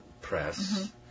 press